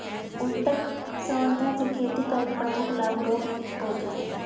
उत्तक संवर्धन से खेती का एक प्रमुख लाभ रोगमुक्त पौधे हैं